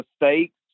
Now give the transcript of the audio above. mistakes